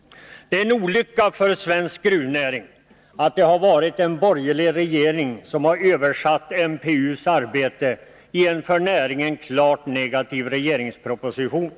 Det är en olycka för svensk gruvnäring att det har varit en borgerlig regering som har översatt MPU:s arbete i en för näringen klart negativ regeringsproposition.